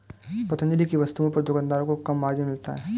पतंजलि की वस्तुओं पर दुकानदारों को कम मार्जिन मिलता है